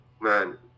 man